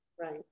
right